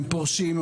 הם פורשים,